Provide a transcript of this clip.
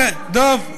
דב.